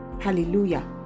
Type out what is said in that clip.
Hallelujah